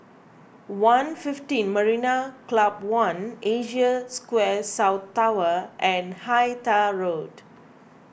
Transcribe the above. one fifteen Marina Club one Asia Square South Tower and Hythe Roads S Sarma